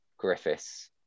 Griffiths